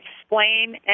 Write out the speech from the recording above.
explain